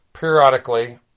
periodically